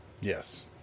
Yes